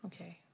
Okay